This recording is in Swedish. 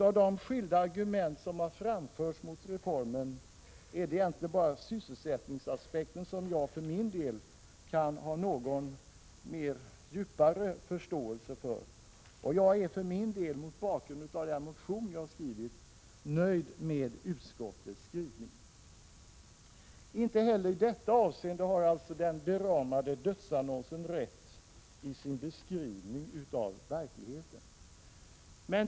Av de skilda argument som har framförts mot reformen är det egentligen bara sysselsättningsaspekten som jag kan känna någon djupare förståelse för. Jag är för min del, mot bakgrund av den motion jag har väckt, nöjd med utskottets skrivning. Inte heller i det avseendet gör man alltså i den beramade dödsannonsen en riktig beskrivning av verkligheten.